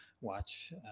watch